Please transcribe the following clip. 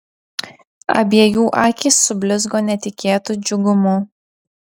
abiejų akys sublizgo netikėtu džiugumu